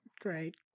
great